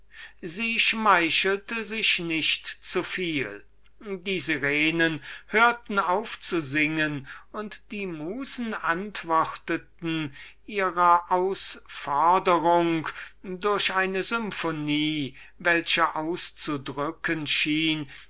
sie schmeichelte sich nicht zu viel die sirenen hörten auf zu singen und die musen antworteten ihrer ausforderung durch eine symphonie welche auszudrucken schien